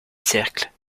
cercles